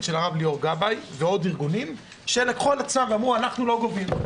של הרב ליאור גבאי ועוד ארגונים שלקחו על עצמם ואמרו: אנחנו לא גובים.